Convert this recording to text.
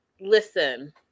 Listen